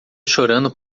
chorando